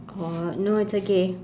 oh no it's okay